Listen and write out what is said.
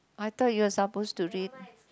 I thought you're supposed to read